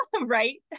right